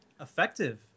Effective